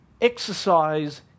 exercise